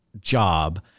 job